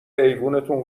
ایوونتون